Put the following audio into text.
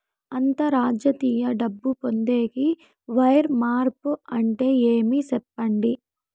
అంతర్జాతీయ డబ్బు పొందేకి, వైర్ మార్పు అంటే ఏమి? సెప్పండి?